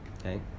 Okay